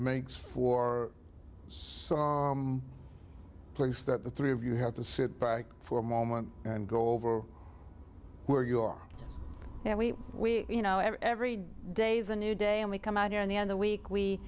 makes for some place that the three of you have to sit back for a moment and go over we're you are and we we you know every day the new day and we come out here on the on the week we